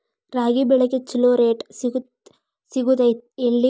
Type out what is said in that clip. ರಾಗಿ ಬೆಳೆಗೆ ಛಲೋ ರೇಟ್ ಸಿಗುದ ಎಲ್ಲಿ?